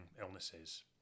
illnesses